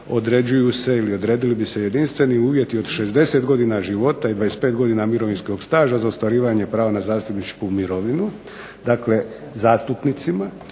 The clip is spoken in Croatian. dakle odredili bi se jedinstveni uvjeti od 60 godina života i 25 godina mirovinskog staža za ostvarivanje prava na zastupničku mirovinu dakle zastupnicima,